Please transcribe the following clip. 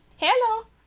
Hello